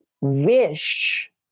wish